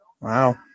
Wow